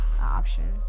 option